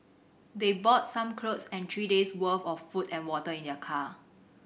they brought some clothes and three days' worth of food and water in their car